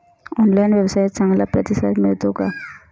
Online व्यवसायात चांगला प्रतिसाद मिळतो का?